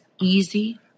easy